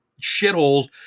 shitholes